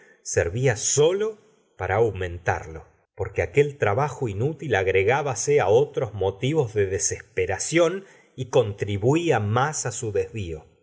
servía solo para aumentarlo porque aquel tomo i s gustavo flaubert trabajo inútil agregábase á otros motivos de desesperación y contribuía más su desvío